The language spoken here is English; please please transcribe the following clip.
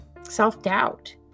self-doubt